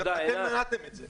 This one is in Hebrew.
אתם מנעתם את זה.